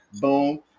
Boom